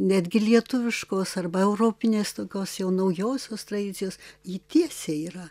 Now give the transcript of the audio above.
netgi lietuviškos arba europinės tokios jau naujosios tradicijos ji tiesiai yra